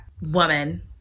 woman